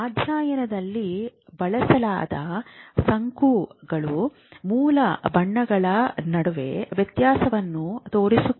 ಅಧ್ಯಯನದಲ್ಲಿ ಬಳಸಲಾದ ಶಂಕುಗಳು ಮೂಲ ಬಣ್ಣಗಳ ನಡುವೆ ವ್ಯತ್ಯಾಸವನ್ನು ತೋರಿಸುತ್ತವೆ